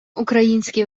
українські